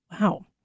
Wow